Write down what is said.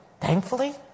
thankfully